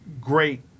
great